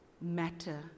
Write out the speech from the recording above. matter